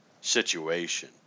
situation